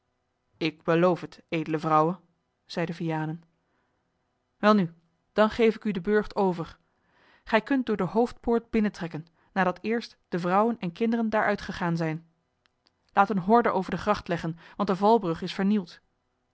ik beloof het edele vrouwe zeide vianen welnu dan geef ik u den burcht over gij kunt door de hoofdpoort binnentrekken nadat eerst de vrouwen en kinderen daar uitgegaan zijn laat eene horde over de gracht leggen want de valbrug is vernield